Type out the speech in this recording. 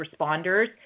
responders